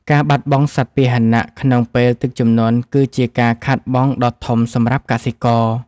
ការបាត់បង់សត្វពាហនៈក្នុងពេលទឹកជំនន់គឺជាការខាតបង់ដ៏ធំសម្រាប់កសិករ។